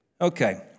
Okay